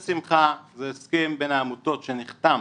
בשמחה, זה הסכם בין העמותות שנחתם